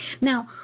Now